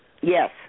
Yes